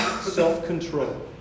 self-control